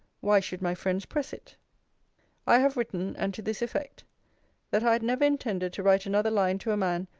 why should my friends press it i have written and to this effect that i had never intended to write another line to a man,